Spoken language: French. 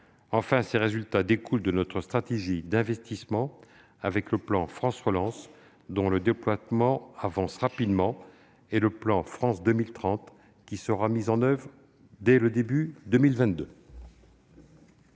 Ils proviennent enfin de notre stratégie d'investissement, avec le plan France Relance, dont le déploiement avance rapidement, et le plan France 2030, qui sera mis en oeuvre dès le début 2022.